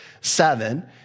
seven